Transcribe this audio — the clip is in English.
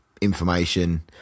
information